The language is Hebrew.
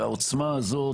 והעוצמה הזאת,